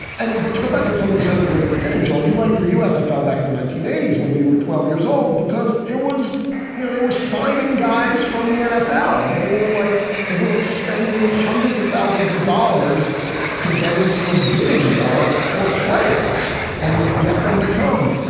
and but to go back to something you said at the very beginning, john, you like the usfl back in the nineteen eighty s when you were twelve years old, because it was the year they were signing guys from the nfl. they were like they were spending hundreds of thousands of dollars to get into a bidding war for players and get them to come.